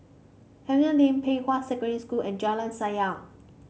Henry Lane Pei Hwa Secondary School and Jalan Sayang